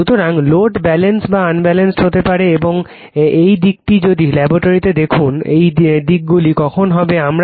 সুতরাং load balanced বা unbalanced হতে পারে এবং এই দিকটি যদি ল্যাবরেটরিতে দেখুন এই দিকগুলি কখন হবে রেফার সময় 0053